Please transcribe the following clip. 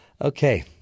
Okay